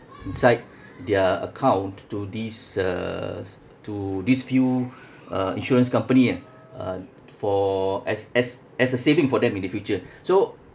inside their account to this uh s~ to this few uh insurance company ah uh for as as as a saving for them in the future so